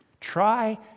Try